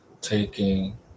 taking